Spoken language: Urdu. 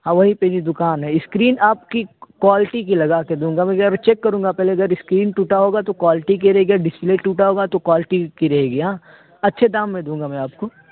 ہاں وہی پہ ہی دکان ہے اسکرین آپ کی کوالٹی کی لگا کے دوں گا مگر ابھی چیک کروں گا پہلے اگر اسکرین ٹوٹا ہوگا تو کوالٹی کی رہے گی ڈسپلے ٹوٹا ہوگا تو کوالٹی کی رہے گی ہاں اچھے دام میں دوں گا میں آپ کو